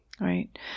right